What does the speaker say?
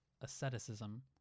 asceticism